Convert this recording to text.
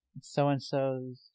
So-and-so's